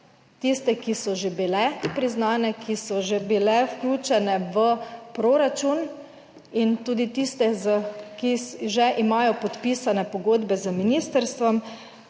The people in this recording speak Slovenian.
tiste, ki so že bile priznane, ki so že bile vključene v proračun in tudi tiste, ki že imajo podpisane pogodbe z ministrstvom,